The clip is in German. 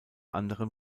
anderem